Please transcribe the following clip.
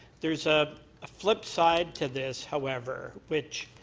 there's a flip side to this, however, which